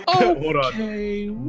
Okay